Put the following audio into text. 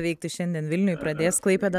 veikti šiandien vilniuj pradės klaipėda